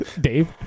Dave